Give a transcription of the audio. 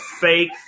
fake